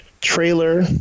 trailer